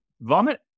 vomit